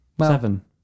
Seven